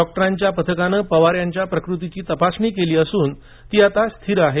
डॉक्टरांच्या पथकानं पवार यांच्या प्रकृतीची तपासणी केली असुन ती आता स्थिर आहे